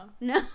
No